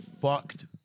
fucked